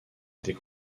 des